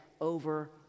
over